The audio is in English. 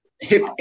hip